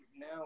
now